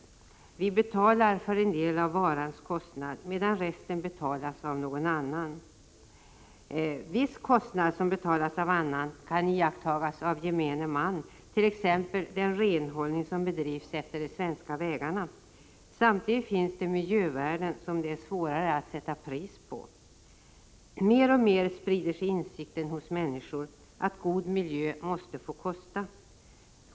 Vi betalar för en del av varans kostnad, medan resten betalas av någon annan. Viss kostnad som betalas av någon annan kan iakttas av gemene man, t.ex. den renhållning som bedrivs utefter de svenska vägarna. Samtidigt finns det miljövärden som det är svårare att sätta pris på. Mer och mer sprider sig insikten hos människor att god miljö måste få kosta.